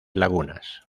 lagunas